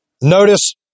Notice